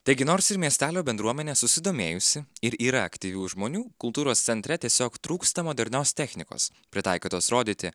taigi nors ir miestelio bendruomenė susidomėjusi ir yra aktyvių žmonių kultūros centre tiesiog trūksta modernios technikos pritaikytos rodyti